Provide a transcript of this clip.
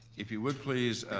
if you would, please,